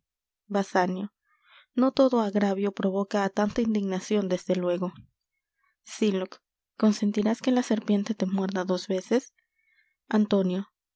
basanio no todo agravio provoca á tanta indignacion desde luego sylock consentirás que la serpiente te muerda dos veces antonio